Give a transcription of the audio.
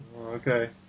Okay